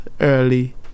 early